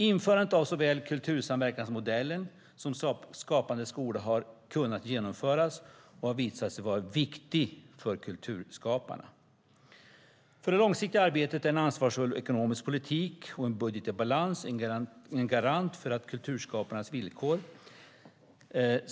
Införandet av såväl kultursamverkansmodellen som Skapande skola har kunnat genomföras och har visat sig vara viktigt för kulturskaparna. I det långsiktiga arbetet är en ansvarsfull ekonomisk politik med en budget i balans en garant för kulturskaparnas villkor.